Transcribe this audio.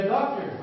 Doctor